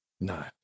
No